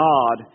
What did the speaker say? God